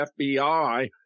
fbi